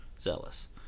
Zealous